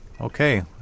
Okay